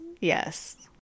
Yes